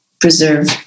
preserve